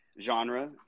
genre